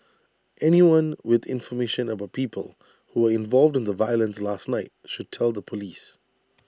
anyone with information about people who were involved in the violence last night should tell the Police